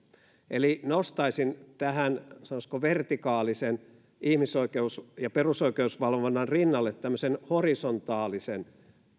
eli nostaisin tähän sanoisinko vertikaalisen ihmisoikeus ja perusoikeusvalvonnan rinnalle tämmöisen horisontaalisen